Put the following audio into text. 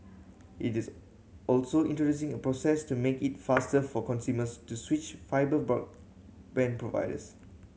it is also introducing a process to make it faster for consumers to switch fibre broadband providers